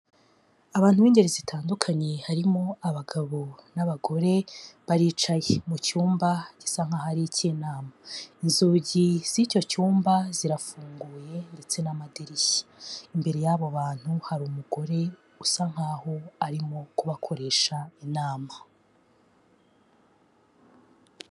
Abantu b'ingeri zitandukanye, harimo abagabo n'abagore, baricaye. Mu icyumba gisa nkaho ari icy'inama. Inzugi z'icyo cyumba, zirafunguye, ndetse n'amadirishya. Imbere yabo bantu, hari umugore, usa nkaho arimo kubakoresha inama.